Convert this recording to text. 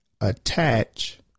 attach